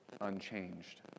unchanged